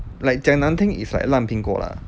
like 讲难听 is like 烂苹果 lah